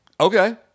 Okay